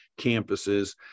campuses